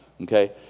okay